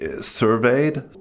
surveyed